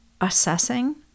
assessing